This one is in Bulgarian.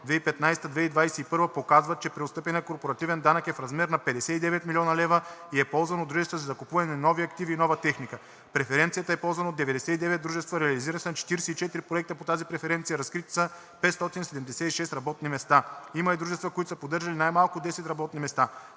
2015 – 2021 г., показват, че преотстъпеният корпоративен данък е в размер на 59 млн. лв. и е ползван от дружествата за закупуване на нови активи и нова техника. Преференцията е ползвана от 99 дружества; реализирани са 44 проекта по тази преференция; разкрити са 576 работни места. Има и дружества, които са поддържали най-малко десет работни места.